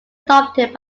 adopted